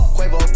Quavo